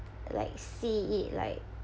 like see it like